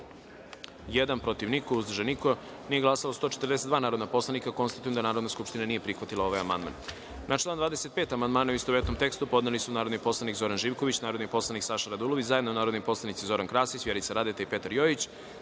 protiv – niko, uzdržanih – nema, nisu glasala 143 narodna poslanika. Konstatujem da Narodna skupština nije prihvatila ovaj amandman. Na član 32. amandmane, u istovetnom tekstu, podneli su narodni poslanik Zoran Živković, narodni poslanik Saša Radulović, zajedno narodni poslanici Zoran Krasić, Vjerica Radeta i Jovo